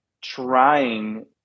trying